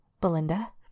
Belinda